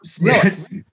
yes